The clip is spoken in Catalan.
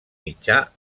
mitjà